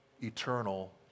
eternal